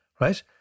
right